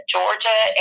Georgia